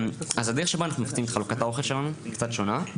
אז הדרך שבא אנחנו מפיצים את חלוקת האוכל שלנו קצת שונה,